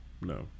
no